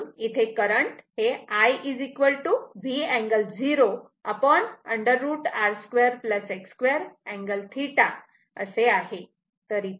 म्हणून इथे current I V angle 0 √ R2 X2 angle θ असा आहे